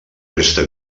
resta